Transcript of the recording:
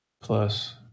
plus